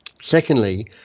Secondly